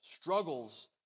Struggles